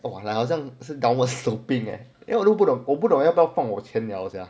不管了好像是 downward sloping leh 因为我都不懂我不懂要不要放我钱了 sia